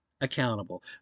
Accountable